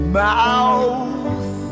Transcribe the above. mouth